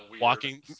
walking